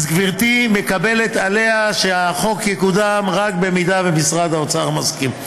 אז גברתי מקבלת עליה שהחוק יקודם רק במידה שמשרד האוצר מסכים.